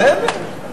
בסדר.